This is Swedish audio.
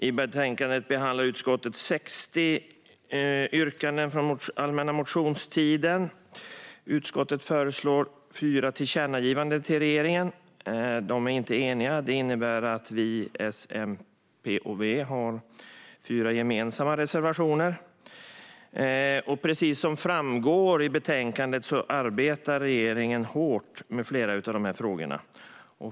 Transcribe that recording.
I betänkandet behandlar utskottet 60 yrkanden från allmänna motionstiden. Utskottet föreslår fyra tillkännagivanden till regeringen. Det är inte ett enigt utskott som står bakom dessa. Det innebär att vi i S, MP och V har fyra gemensamma reservationer. Precis som framgår i betänkandet arbetar regeringen hårt med flera av dessa frågor.